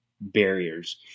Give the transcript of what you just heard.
barriers